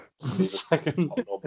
second